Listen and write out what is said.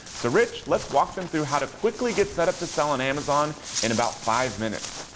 so rich, let's walk them through how to quickly get set up to sell on amazon in about five minutes.